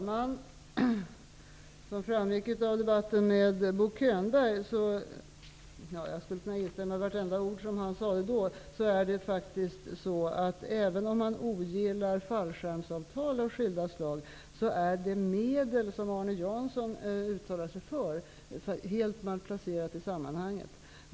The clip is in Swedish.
Herr talman! Jag skulle kunna instämma i vartenda ord som Bo Könberg sade i den debatt han hade tidigare med Arne Jansson. Som framgick av den debatten är de medel Arne Jansson uttalar sig för helt malplacerade i detta sammanhang, även om man ogillar fallskärmsavtal av skilda slag.